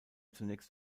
zunächst